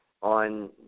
on